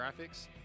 graphics